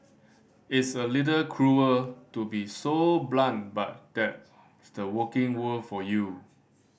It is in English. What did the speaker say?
it's a little cruel to be so blunt but that's the working world for you